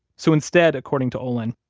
so instead, according to olin,